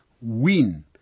win